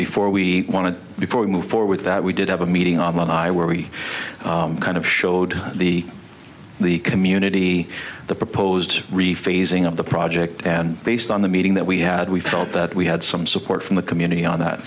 before we want to before we move forward that we did have a meeting on i where we kind of showed the the community the proposed rephrasing of the project and based on the meeting that we had we felt that we had some support from the community on that